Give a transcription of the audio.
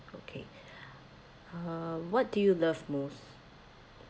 okay uh what do you love most